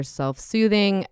self-soothing